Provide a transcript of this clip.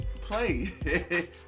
Play